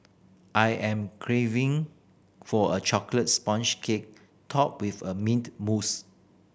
I am craving for a chocolate sponge cake topped with a mint mousse